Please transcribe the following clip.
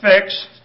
fixed